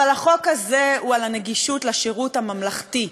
אבל החוק הזה הוא על הנגישות לשירות הממלכתי.